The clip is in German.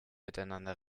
miteinander